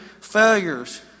failures